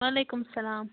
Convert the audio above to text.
وعلیکُم السَلام